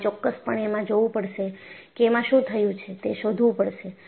તમારે ચોક્કસપણે એમાં જોવું પડશે કે એમાં શું થયું છે તે શોધવું પડશે